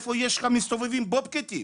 מסתובבים בובקאטים,